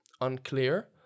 unclear